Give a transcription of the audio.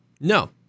no